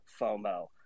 fomo